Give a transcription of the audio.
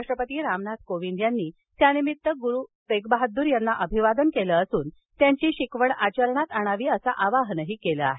राष्ट्रपती रामनाथ कोविंद यांनी त्यानिमित्त त्यांना अभिवादन केलं असून त्यांची शिकवण आचरणात आणावी असं आवाहन केलं आहे